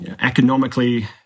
Economically